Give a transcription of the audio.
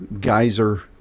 geyser